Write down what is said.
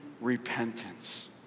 repentance